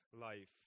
life